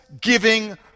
giving